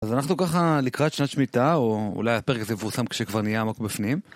אז אנחנו ככה לקראת שנת שמיטה, או אולי הפרק הזה יפורסם כשכבר נהיה עמוק בפנים.